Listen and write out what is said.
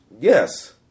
Yes